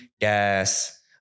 gas